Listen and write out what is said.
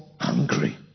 angry